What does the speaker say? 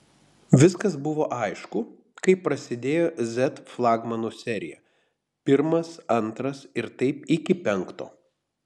viskas buvo aišku kai prasidėjo z flagmanų serija pirmas antras ir taip iki penkto